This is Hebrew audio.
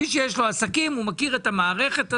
מי שיש לו עסקים, הוא מכיר את המערכת הזאת.